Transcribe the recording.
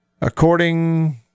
According